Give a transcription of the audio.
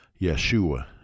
Yeshua